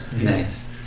nice